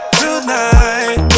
tonight